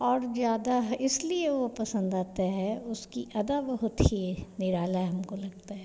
और ज़्यादा इसलिए वह पसन्द आता है उसकी अदा बहुत ही निराली हमको लगती है